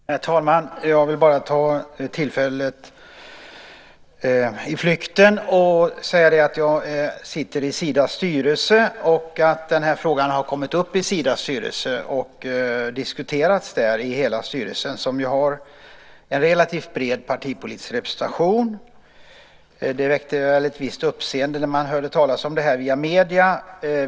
Herr talman! Jag vill bara ta tillfället i flykten och säga att jag sitter i Sidas styrelse och att den här frågan har kommit upp i Sidas styrelse och diskuterats med hela styrelsen. Styrelsen har en relativt bred partipolitisk representation. Det väckte ett visst uppseende när man hörde talas om detta via medierna.